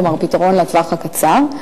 כלומר פתרון לטווח הקצר,